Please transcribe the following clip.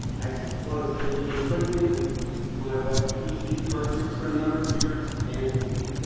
i just want to say really quickly that my wife suzy worked here for a number of years and she